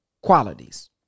qualities